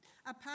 Apart